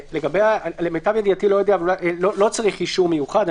למיטב ידיעתי, לא צריך אישור מיוחד.